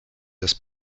des